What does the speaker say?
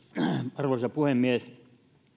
arvoisa puhemies